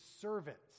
servants